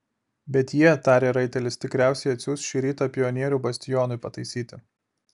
bet jie tarė raitelis tikriausiai atsiųs šį rytą pionierių bastionui pataisyti